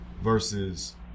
versus